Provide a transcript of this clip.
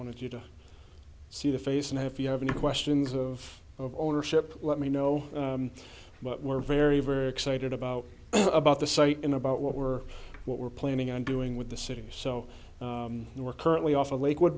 wanted you to see the face and if you have any questions of of ownership let me know but we're very very excited about about the site in about what we're what we're planning on doing with the city so we're currently off the lake